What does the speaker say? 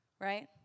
right